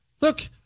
Look